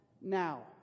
now